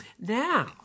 Now